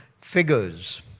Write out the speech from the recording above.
figures